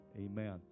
Amen